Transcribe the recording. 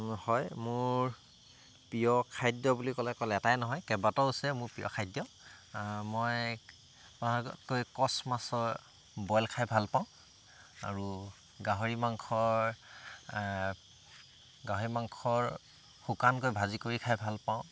হয় মোৰ প্ৰিয় খাদ্য বুলি ক'লে অকল এটাই নহয় কেইবাটাও আছে মোৰ প্ৰিয় খাদ্য মই কচ মাছৰ বইল খাই ভাল পাওঁ আৰু গাহৰি মাংসৰ গাহৰি মাংসৰ শুকানকৈ ভাজি কৰি খাই ভাল পাওঁ